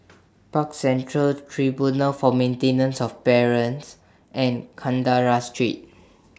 Park Central Tribunal For Maintenance of Parents and Kandahar Street